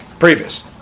previous